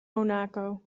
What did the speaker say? monaco